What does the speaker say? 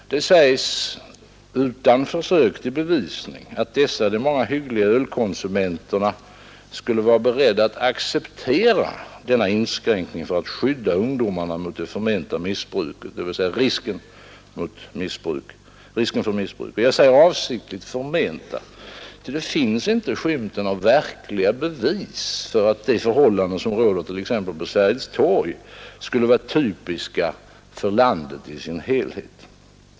Det sägs, utan försök till bevisning, att dessa de många hyggliga ölkonsumenterna skulle vara beredda att acceptera denna inskränkning för att skydda ungdomarna mot det förmenta missbruket, dvs. risken för missbruk — jag säger avsiktligt förmenta, ty det finns inte skymten av verkliga bevis för att de förhållanden som råder t.ex. på Sergels torg skulle vara typiska för landet i sin helhet.